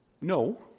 No